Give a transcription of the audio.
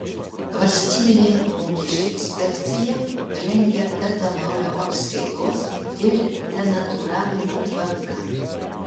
valstybinė mokesčių inspekcija rengią etanolio apskaitos ir denatūravimo tvarką